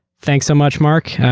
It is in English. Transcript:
thanks so much, mark.